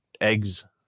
eggs